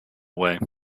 way